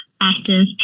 active